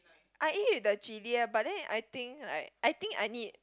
I eat with the chili eh but then I think like I think I need